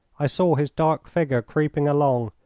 i saw his dark figure creeping along,